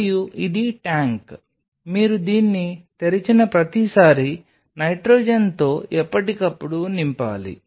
మరియు ఇది ట్యాంక్ మీరు దీన్ని తెరిచిన ప్రతిసారీ నైట్రోజన్తో ఎప్పటికప్పుడు నింపాలి